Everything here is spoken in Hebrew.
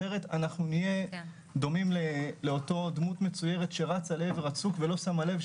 אחרת אנחנו נהיה דומים לאותו דמות מצוירת שרצה לעבר הצוק ולא שמה לב,